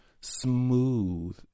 smooth